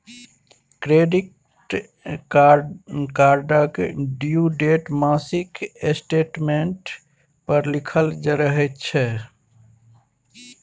credit कार्डक due date मासिक स्टेटमेंट पर लिखल रहय छै